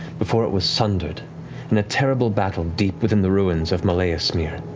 before it was sundered in a terrible battle deep within the ruins of molaesmyr,